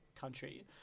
country